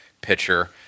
pitcher